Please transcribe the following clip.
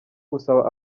gusaba